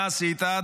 מה עשית,